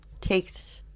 takes